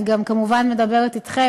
אני גם כמובן מדברת אתכם,